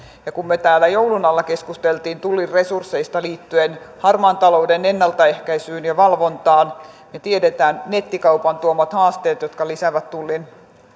ja kun me täällä joulun alla keskustelimme tullin resursseista liittyen harmaan talouden ennaltaehkäisyyn ja valvontaan niin tiedetään nettikaupan tuomat haasteet jotka lisäävät tullin